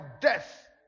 death